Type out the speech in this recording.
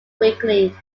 weekly